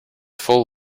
full